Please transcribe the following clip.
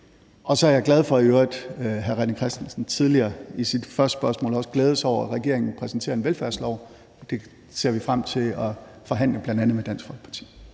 jeg i øvrigt glad for, at hr. René Christensen tidligere i sit første spørgsmål også glædede sig over, at regeringen præsenterer en velfærdslov. Den ser vi frem til at forhandle med bl.a. Dansk Folkeparti.